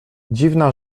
dziwna